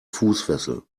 fußfessel